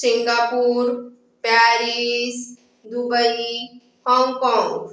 Singapore Paris Dubai हाँगकाँग